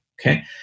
Okay